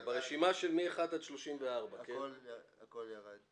ברשימה מהסתייגות מספר 1 ועד הסתייגות מספר 34. הכול זהה.